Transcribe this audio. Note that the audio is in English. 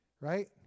right